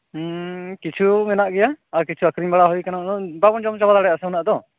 ᱦᱩᱸᱻ ᱠᱤᱪᱷᱩ ᱢᱮᱱᱟᱜ ᱜᱮᱭᱟ ᱟᱨ ᱠᱤᱛᱪᱷᱩ ᱟᱠᱷᱨᱤᱧ ᱵᱟᱲᱟ ᱦᱩᱭ ᱟᱠᱟᱱᱟ ᱵᱟᱵᱚᱱ ᱡᱚᱢ ᱪᱟᱵᱟ ᱫᱟᱲᱮᱭᱟᱜᱼᱟ ᱥᱮ ᱩᱱᱟᱹᱜ ᱫᱚ